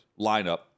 lineup